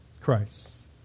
Christ